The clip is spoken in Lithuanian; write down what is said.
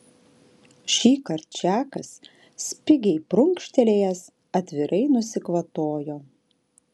šįkart čakas spigiai prunkštelėjęs atvirai nusikvatojo